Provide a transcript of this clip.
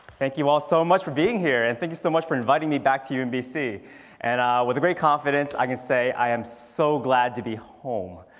thank you also much for being here and thank you so much for inviting me back to umbc and with a great confidence i can say. i am so glad to be home.